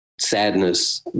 sadness